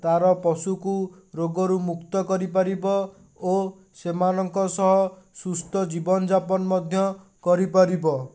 ତା'ର ପଶୁକୁ ରୋଗରୁ ମୁକ୍ତ କରିପାରିବ ଓ ସେମାନଙ୍କ ସହ ସୁସ୍ଥ ଜୀବନଯାପନ ମଧ୍ୟ କରିପାରିବ